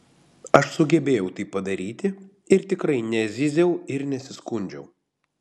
aš sugebėjau tai padaryti ir tikrai nezyziau ir nesiskundžiau